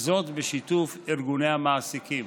וזאת בשיתוף ארגוני המעסיקים.